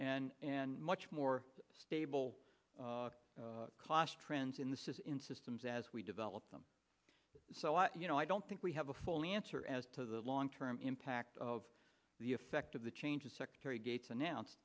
and and much more stable cost trends in this is in systems as we develop them so i you know i don't think we have a full answer as to the long term impact of the effect of the changes secretary gates announced